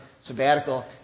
sabbatical